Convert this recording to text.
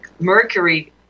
mercury